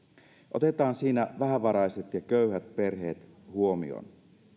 otetaan siinä vähävaraiset ja köyhät perheet huomioon